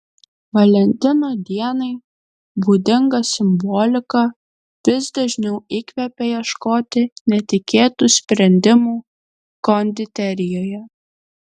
valentino dienai būdinga simbolika vis dažniau įkvepia ieškoti netikėtų sprendimų konditerijoje